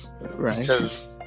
Right